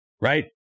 Right